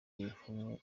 rihumye